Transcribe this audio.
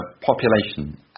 Population